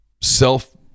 self